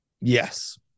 yes